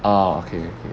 ah okay